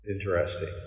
Interesting